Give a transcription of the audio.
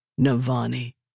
Navani